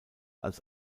als